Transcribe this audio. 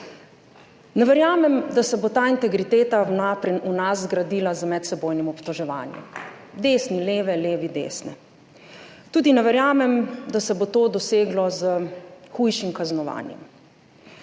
Ne verjamem, da se bo ta integriteta v nas zgradila z medsebojnim obtoževanjem, desni, leve, leve, desne. Tudi ne verjamem, da se bo to doseglo s hujšim kaznovanjem.